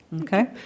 Okay